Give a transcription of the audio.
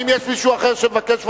המלצה לפנים.